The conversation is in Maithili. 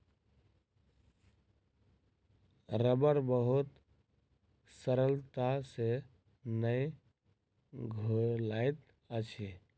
रबड़ बहुत सरलता से नै घुलैत अछि